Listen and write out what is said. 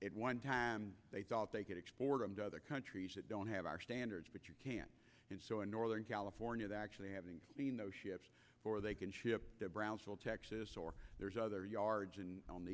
it one time they thought they could explore them to other countries that don't have our standards but you can't and so in northern california that actually having no ships or they can ship to brownsville texas or there's other yards and on the